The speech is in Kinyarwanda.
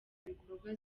ibikorwa